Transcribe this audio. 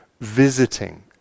visiting